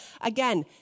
again